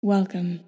Welcome